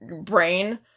brain